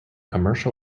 commercial